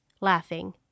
laughing